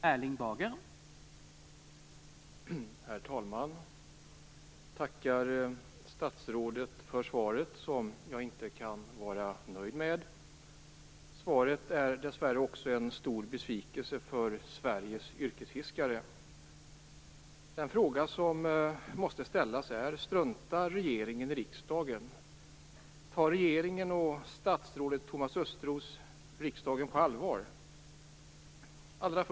Herr talman! Jag tackar statsrådet för svaret, som jag inte kan vara nöjd med. Svaret är dessvärre också en stor besvikelse för Sveriges yrkesfiskare. Den fråga som måste ställas är: Struntar regeringen i riksdagen? Tar regeringen och statsrådet Thomas Östros riksdagen på allvar?